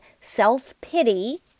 self-pity